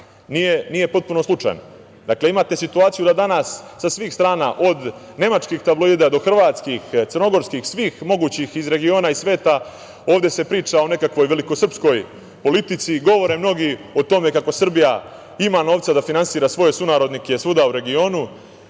nije potpuno slučajno. Dakle, imate situaciju da danas sa svih strana, od nemačkih tabloida do hrvatskih, crnogorskih, svih mogućih iz regiona i sveta, ovde se priča o nekakvoj velikosrpskoj politici, govore mnogi o tome kako Srbija ima novca da finansira svoje sunarodnike svuda u regionu